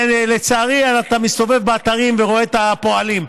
לצערי, אתה מסתובב באתרים ורואה את הפועלים.